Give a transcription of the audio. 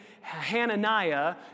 Hananiah